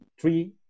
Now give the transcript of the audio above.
three